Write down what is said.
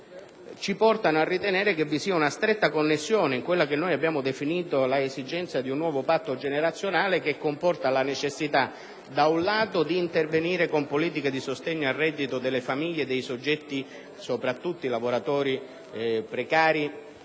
ci portano a ritenere che vi sia una stretta connessione con quella che abbiamo definito l'esigenza di un nuovo patto generazionale, che comporta la necessità, da un lato, di intervenire con politiche di sostegno al reddito delle famiglie, soprattutto quelle dei lavoratori precari,